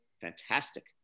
fantastic